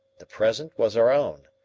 the present was our own.